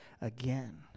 again